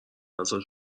ازش